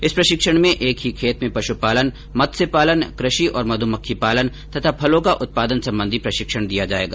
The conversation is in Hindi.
इस प्रशिक्षण में एक ही खेत में पशुपालन मत्स्य पालन कृषि और मध्रमक्खी पालन तथा फलों का उत्पादन संबंधी प्रशिक्षण दिया जायेगा